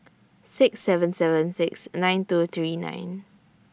six seven seven six nine two three nine